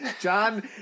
John